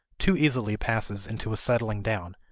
too easily passes into a settling down,